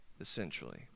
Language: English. essentially